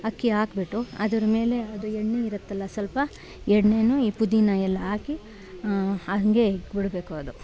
ಅಕ್ಕಿ ಹಾಕ್ಬಿಟ್ಟು ಅದರ ಮೇಲೆ ಅದು ಎಣ್ಣೆ ಇರತ್ತಲ್ಲ ಸ್ವಲ್ಪ ಎಣ್ಣೆಯು ಈ ಪುದಿನಾ ಎಲ್ಲ ಹಾಕಿ ಹಂಗೆ ಇಕ್ಬಿಡಬೇಕು ಅದು